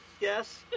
Yes